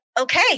okay